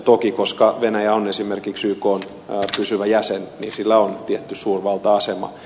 toki koska venäjä on esimerkiksi ykn pysyvä jäsen niin sillä on tietty suurvalta asema